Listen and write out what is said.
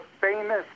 famous